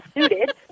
suited